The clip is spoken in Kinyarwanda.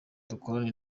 dukorane